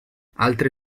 altre